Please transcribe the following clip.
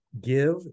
give